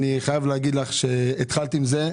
אני חייב להגיד לך שהתחלת עם זה,